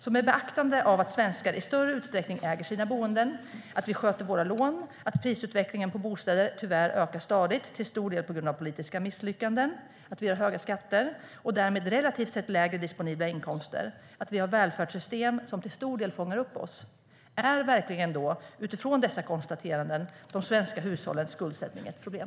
Med beaktande av att svenskar i större utsträckning äger sina boenden, att vi sköter våra lån, att prisutvecklingen på bostäder tyvärr ökar stadigt, till stor del på grund av politiska misslyckanden, att vi har höga skatter och därmed relativt sett lägre disponibla inkomster och att vi har välfärdssystem som till stor del fångar upp oss vill jag fråga: Är verkligen, utifrån dessa konstateranden, de svenska hushållens skuldsättning då ett problem?